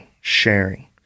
sharing